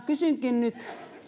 kysynkin nyt